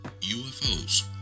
UFOs